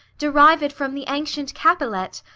derived from the ancient capilet.